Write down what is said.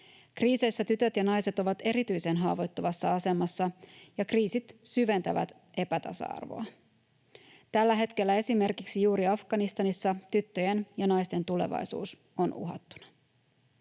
Kriiseissä tytöt ja naiset ovat erityisen haavoittuvassa asemassa, ja kriisit syventävät epätasa-arvoa. Tällä hetkellä esimerkiksi juuri Afganistanissa tyttöjen ja naisten tulevaisuus on uhattuna.